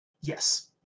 Yes